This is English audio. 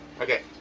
Okay